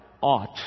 ought